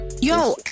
Yo